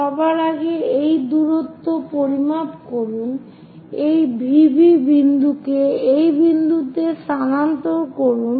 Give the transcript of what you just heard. সবার আগে এই দূরত্ব পরিমাপ করুন এই V B বিন্দুকে এই বিন্দুতে স্থানান্তর করুন